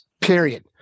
Period